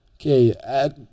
okay